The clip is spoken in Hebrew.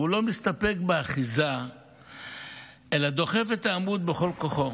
והוא לא מסתפק באחיזה אלא דוחף את העמוד בכל כוחו.